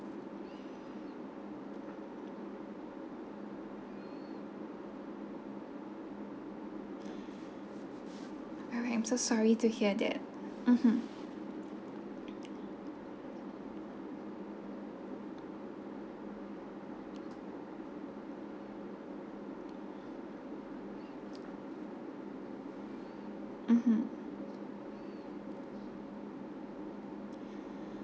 alright I am so sorry to hear that mmhmm mmhmm